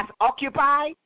occupied